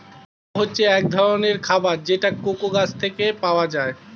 cocoa হচ্ছে এক ধরনের খাবার যেটা কোকো গাছ থেকে পাওয়া যায়